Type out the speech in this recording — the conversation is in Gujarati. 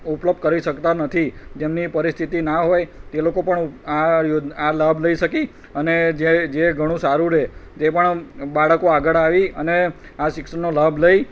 ઉપલબ્ધ કરી શકતાં નથી જેમની પરિસ્થિતિ ન હોય તે લોકો પણ આ આ લાભ લઈ શકે અને જે જે ઘણું સારું રહે તે પણ બાળકો આગળ આવી અને આ શિક્ષણનો લાભ લઈ